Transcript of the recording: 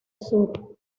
sur